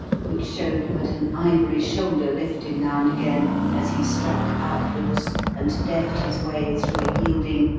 which showed but an ivory shoulder lifting now and again as he struck outwards and deft his way through a yielding,